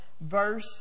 verse